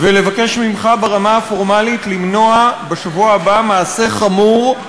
ולבקש ממך ברמה הפורמלית למנוע בשבוע הבא מעשה חמור,